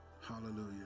Hallelujah